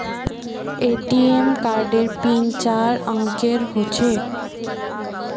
ATM कार्डेर PIN चार अंकेर ह छेक